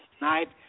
night